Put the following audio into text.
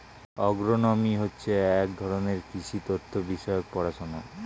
agronomy হচ্ছে এক ধরনের কৃষি তথ্য বিষয়ক পড়াশোনা